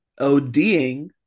ODing